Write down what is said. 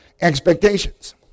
expectations